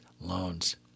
loans